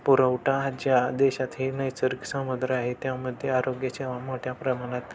पुरवठा ज्या देशात हे नैसर्ग सामुग्री आहे त्यामध्ये आरोग्याच्या मोठ्या प्रमाणात